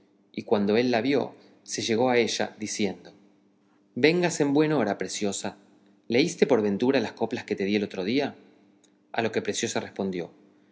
y cuando él la vio se llegó a ella diciendo vengas en buen hora preciosa leíste por ventura las coplas que te di el otro día a lo que preciosa respondió